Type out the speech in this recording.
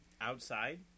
outside